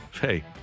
hey